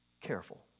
careful